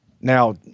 now